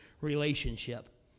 relationship